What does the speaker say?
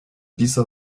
dieser